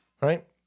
Right